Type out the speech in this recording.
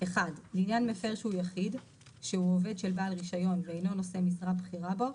לעניין מפר שהוא יחיד שהוא עובד של בעל רישיון ואינו נושא משרה בכירה בו